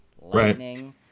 lightning